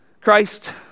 Christ